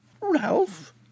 Ralph